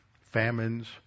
famines